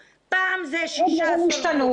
פעם זה 12 סורבו, פעם זה שישה סורבו.